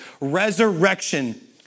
resurrection